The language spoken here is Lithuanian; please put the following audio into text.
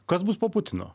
kas bus po putino